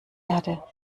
erde